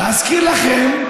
להזכיר לכם,